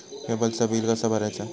केबलचा बिल कसा भरायचा?